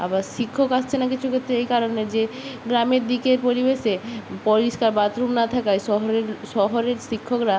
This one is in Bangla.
আবার শিক্ষক আসছে না কিছু ক্ষেত্রে এই কারণে যে গ্রামের দিকের পরিবেশে পরিষ্কার বাথরুম না থাকায় শহরের শহরের শিক্ষকরা